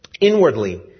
Inwardly